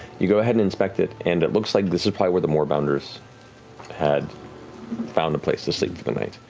you go ahead and inspect it and it looks like this is probably where the moorbounders had found a place to sleep for the night.